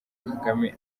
kagame